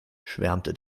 schwärmte